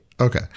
Okay